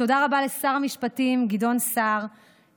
תודה רבה לשר המשפטים גדעון סער,